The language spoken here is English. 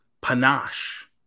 panache